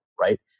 right